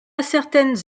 certaines